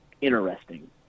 interesting